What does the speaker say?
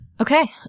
Okay